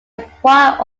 acquired